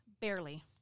Barely